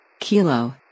Kilo